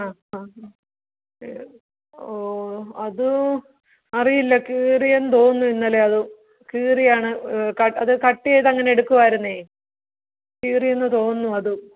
ആ ആ ഓ അത് അറിയില്ല കീറിയെന്നു തോന്നുന്നു ഇന്നലെ അത് കീറിയാണ് കട്ട് അത് കട്ട് ചെയ്തങ്ങനെ എടുക്കുവായിരുന്നു കീറിന്നു തോന്നണു അത്